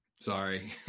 sorry